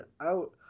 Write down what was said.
out